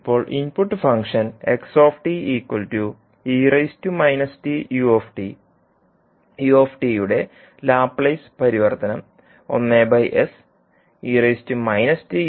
ഇപ്പോൾ input function യുടെ Laplace പരിവർത്തനം 1s